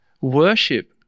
worship